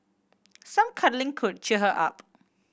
some cuddling could cheer her up